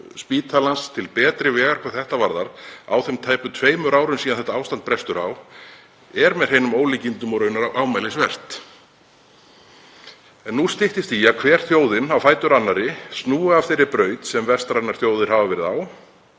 spítalans til betri vegar hvað þetta varðar, á þeim tæpu tveimur árum sem liðin eru síðan þetta ástand brast á, er með hreinum ólíkindum og raunar ámælisvert. Nú styttist í að hver þjóðin á fætur annarri snúi af þeirri braut sem vestrænar þjóðir hafa verið á.